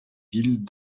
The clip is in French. villes